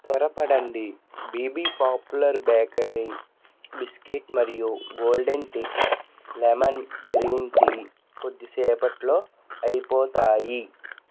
త్వరపడండి BB popular bakery biscuit మరియు golden tips lemon green tea కొద్దిసేపట్లో అయిపోతాయి